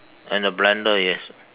and a blender yes